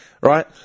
Right